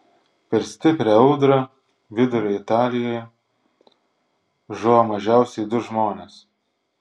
per stiprią audrą vidurio italijoje žuvo mažiausiai du žmonės